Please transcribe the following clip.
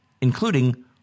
including